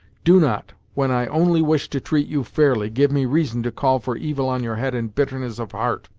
do not, when i only wish to treat you fairly, give me reason to call for evil on your head in bitterness of heart!